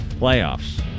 playoffs